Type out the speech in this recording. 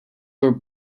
were